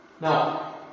Now